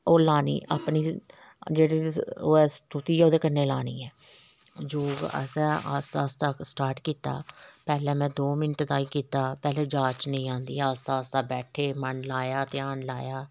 ओह् लानी अपनी जेह्ड़ी ओह् ऐ स्तुती ऐ ओह्दे कन्नै लानी ऐ योग असें आस्ता आस्ता स्टार्ट कीता पैह्लें में दो मिंट ताईं कीता पैह्लें जाच नेईं औंदी आस्ता आस्ता बैठे मन लाया ध्यान लाया